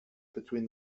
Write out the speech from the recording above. between